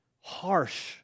harsh